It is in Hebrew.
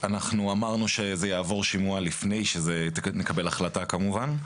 אנחנו אמרנו שזה יעבור שימוע לפני שנקבל החלטה כמובן.